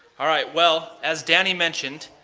all right. well, as danny mentioned,